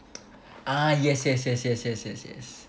ah yes yes yes yes yes yes yes